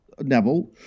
Neville